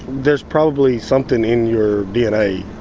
there's probably something in your dna,